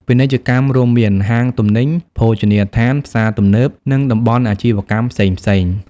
ពាណិជ្ជកម្ម រួមមាន ហាងទំនិញ ភោជនីយដ្ឋាន ផ្សារទំនើប និងតំបន់អាជីវកម្មផ្សេងៗ។